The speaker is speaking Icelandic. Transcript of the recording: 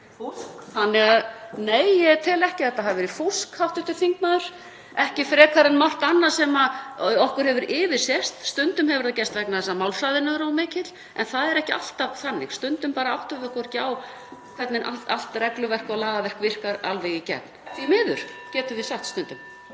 Fúsk.) Nei, ég tel ekki að þetta hafi verið fúsk, hv. þingmaður, ekki frekar en margt annað sem okkur hefur yfirsést. Stundum hefur það gerst vegna þess að málshraðinn er of mikill. En það er ekki alltaf þannig, stundum bara áttum við okkur ekki á hvernig allt regluverk og lagaverk virkar alveg í gegn, því miður.